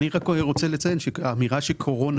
אני רק רוצה לציין שהאמירה שקורונה